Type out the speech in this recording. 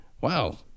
Wow